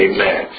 Amen